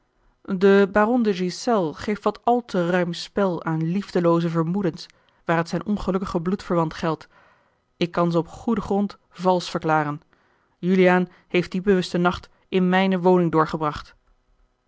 de ghiselles geeft wat al te ruim spel aan liefdelooze vermoedens waar het zijn ongelukkigen bloedverwant geldt ik kan ze op goeden grond valsch verklaren juliaan heeft dien bewusten nacht in mijne woning doorgebracht